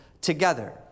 together